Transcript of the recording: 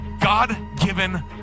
God-given